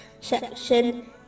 section